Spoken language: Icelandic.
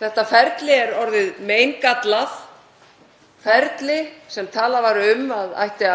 Þetta ferli er orðið meingallað, ferli sem talað var um að ætti